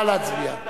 נא להצביע.